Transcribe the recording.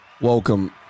Welcome